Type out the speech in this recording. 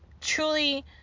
truly